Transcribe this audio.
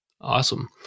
Awesome